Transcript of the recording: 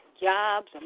jobs